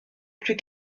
plus